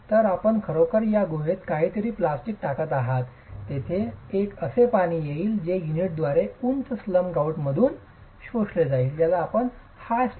तर आपण खरोखर या गुहेत काहीतरी प्लास्टिक टाकत आहात तेथे एक असे पाणी येईल जे युनिट्सद्वारे उंच स्लम ग्रॉउटमधून शोषले जाईल